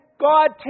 God